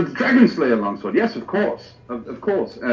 dragonslayer longsword, yes, of course, of of course.